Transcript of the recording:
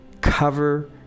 cover